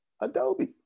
Adobe